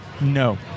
No